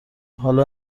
حاال